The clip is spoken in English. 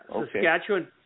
Saskatchewan